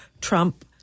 Trump